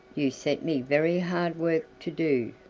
you set me very hard work to do,